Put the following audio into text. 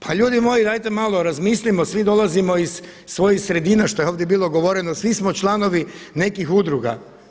Pa ljudi moji dajte malo razmislimo svi dolazimo iz svojih sredina što je ovdje bilo govoreno svi smo članovi nekih udruga.